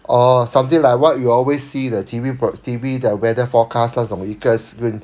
orh something like what you always see the T_V prog~ T_V the weather forecast 那种 clear screen